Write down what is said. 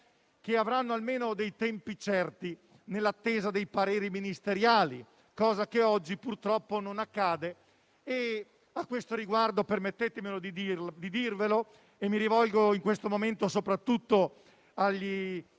che avranno almeno tempi certi nell'attesa dei pareri ministeriali, cosa che oggi purtroppo non accade. A questo riguardo - permettetemi di dirlo e mi rivolgo soprattutto agli stimati